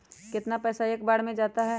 कितना पैसा एक बार में जाता है?